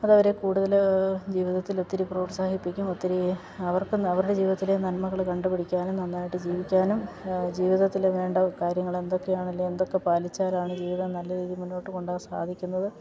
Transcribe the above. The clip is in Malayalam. അതവരെ കൂടുതൽ ജീവിതത്തിൽ ഒത്തിരി പ്രോത്സാഹിപ്പിക്കും ഒത്തിരി അവർക്കും അവരുടെ ജീവിതത്തിലെ നന്മകൾ കണ്ടുപിടിക്കാനും നന്നായിട്ട് ജീവിക്കാനും ജീവിതത്തിൽ വേണ്ട കാര്യങ്ങൾ എന്തൊക്കെയാണല്ലേ എന്തൊക്കെ പാലിച്ചാലാണ് ജീവിതം നല്ല രീതിയിൽ മുന്നോട്ട് കൊണ്ടുപോവാൻ സാധിക്കുന്നത്